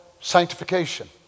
sanctification